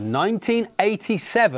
1987